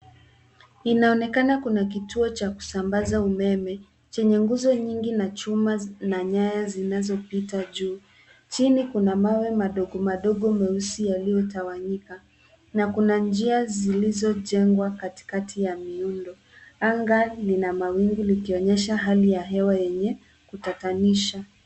Inaonekana kuna kituo cha kusambaza umeme chenye nguzo mingi na chuma na nyaya zinazopita juu. Chini kuna mawe madogo madogo meusi yaliyotawanyika na kuna njia zilizojengwa katikati ya miundo anga lina mawingu likionyesha hali ya hewa yenye kutatanisha.